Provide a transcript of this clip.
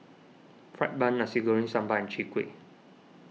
Fried Bun Nasi Goreng Sambal and Chwee Kueh